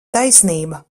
taisnība